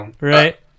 Right